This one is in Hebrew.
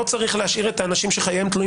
לא צריך להשאיר את האנשים שחייהם תלויים